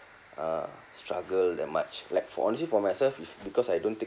uh struggle that much like for honestly for myself is because I don't take